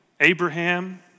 Abraham